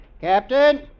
Captain